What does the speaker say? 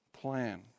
plan